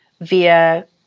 via